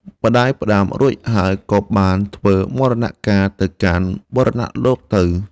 ម្ដាយផ្ដាំរួចហើយ ក៏បានធ្វើមរណកាលទៅកាន់បរលោកទៅ។